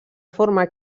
forma